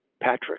Patrick